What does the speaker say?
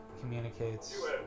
communicates